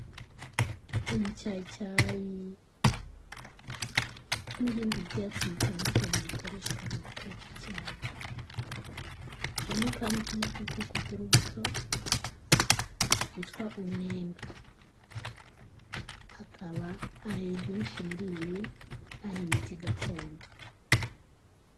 Umucyayicyayi n'ibindi byatsi bitandukanye bikoreshwa mu guteka icyayi, harimo kandi ubwoko bw'urubuto rwitwa umwembe, akaba ari byinshi muri ibi, ari imiti gakondo.